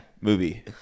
movie